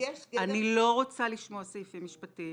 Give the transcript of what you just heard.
אני לא רוצה לשמוע סעיפים משפטיים.